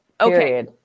okay